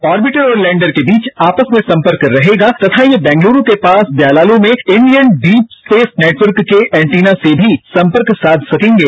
orbiter और lander के बीच आपस में संपर्क रहेगा तथा ये बेंगलुरू के पास ब्यालालू में इंडियन डीप स्पेस नेटवर्क के एंटीना से भी संपर्क साध सकेंगे